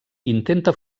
intenta